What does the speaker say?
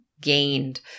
gained